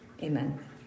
Amen